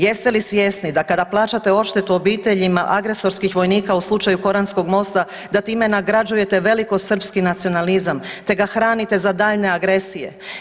Jeste li svjesni da kada plaćate odštetu obiteljima agresorskih vojnika u slučaju koranskog mosta da time nagrađujete velikosrpski nacionalizam, te ga hranite za daljnje agresije.